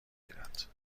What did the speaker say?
گیرد